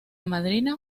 madrina